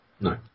No